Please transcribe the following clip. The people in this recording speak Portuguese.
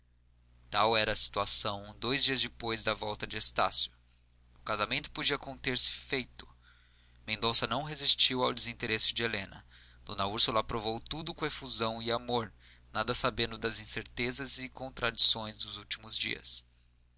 tal era a situação dois dias depois da volta de estácio o casamento podia contar-se feito mendonça não resistiu ao desinteresse de helena d úrsula aprovou tudo com efusão e amor nada sabendo das incertezas e contradições dos últimos dias